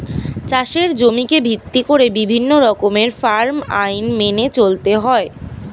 চাষের জমিকে ভিত্তি করে বিভিন্ন রকমের ফার্ম আইন মেনে চলতে হয়